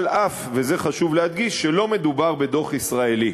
אף, ואת זה חשוב להדגיש, שלא מדובר בדוח ישראלי.